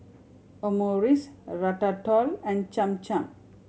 Omurice Ratatouille and Cham Cham